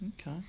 Okay